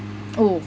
oh